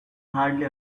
hardly